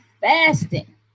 fasting